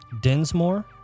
Dinsmore